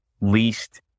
least